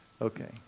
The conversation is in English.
okay